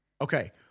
Okay